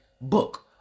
book